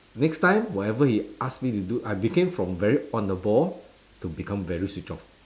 next time whatever he ask me to do I became from very on the ball to become very switch off